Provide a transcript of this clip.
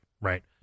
right